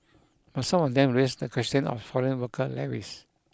but some of them raise the question of foreign worker levies